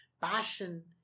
passion